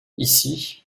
ici